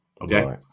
Okay